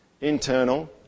Internal